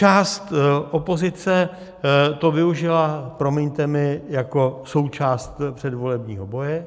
Část opozice to využila, promiňte mi, jako součást předvolebního boje.